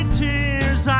tears